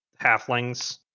halflings